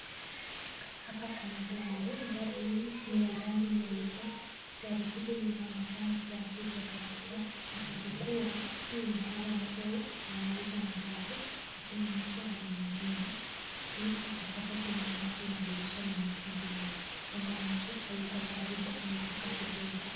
Hapa kuna gari. Gari hili ni ya rangi nyeupe na gari hili linaonekana kuwa jipya kabisa, ijapokuwa si mahali ambapo wanauza magari lakini mtu amenunua, kwa sababu naona pia dirisha limefunguliwa. Labda mtu hayuko karibu, ametoka kidogo.